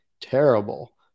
terrible